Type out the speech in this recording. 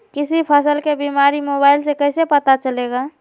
किसी फसल के बीमारी मोबाइल से कैसे पता चलेगा?